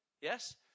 Yes